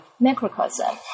macrocosm